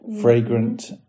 Fragrant